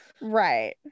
Right